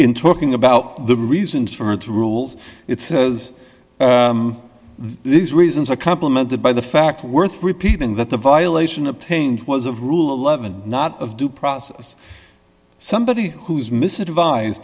in talking about the reasons for its rules it says these reasons i complimented by the fact worth repeating that the violation obtained was of rule eleven not of due process somebody who's miss advised